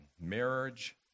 Marriage